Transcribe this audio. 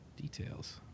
Details